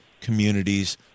communities